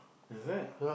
is it